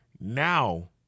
now